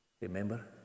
Remember